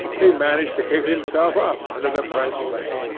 he managed to keep himself up, under the breastplate,